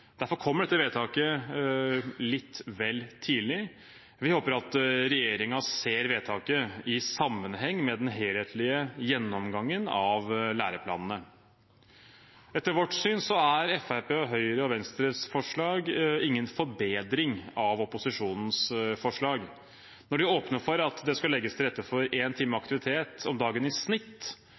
Derfor kommer dette vedtaket litt vel tidlig. Vi håper at regjeringen ser vedtaket i sammenheng med den helhetlige gjennomgangen av læreplanene. Etter vårt syn er Fremskrittspartiet, Høyre og Venstres forslag ingen forbedring av opposisjonens forslag. Når de åpner for at det skal legges til rette for én times aktivitet om dagen i snitt,